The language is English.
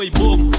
boom